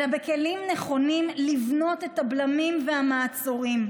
אלא בכלים נכונים לבנות את הבלמים והמעצורים.